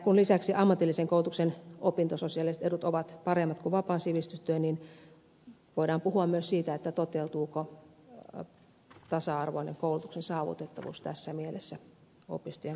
kun lisäksi ammatillisen koulutuksen opintososiaaliset edut ovat paremmat kuin vapaan sivistystyön niin voidaan puhua myös siitä toteutuuko tasa arvoinen koulutuksen saavutettavuus tässä mielessä opistojen kohdalla